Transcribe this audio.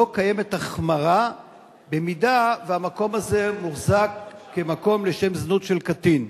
לא קיימת החמרה במידה שהמקום הזה מוחזק כמקום לשם זנות של קטין.